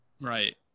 Right